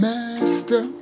Master